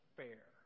fair